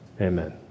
Amen